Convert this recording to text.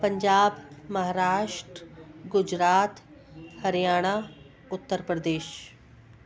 Punjab Maharashtra Gujarat Haryana Uttar Pradesh